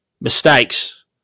mistakes